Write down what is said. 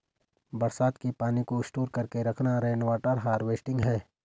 बरसात के पानी को स्टोर करके रखना रेनवॉटर हारवेस्टिंग है